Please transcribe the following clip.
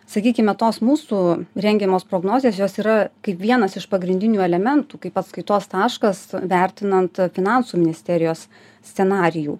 sakykime tos mūsų rengiamos prognozės jos yra kaip vienas iš pagrindinių elementų kaip atskaitos taškas vertinant finansų ministerijos scenarijų